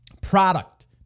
product